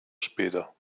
später